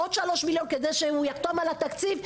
עוד שלוש מיליון כדי שהוא יחתום על התקציב,